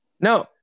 No